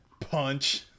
Punch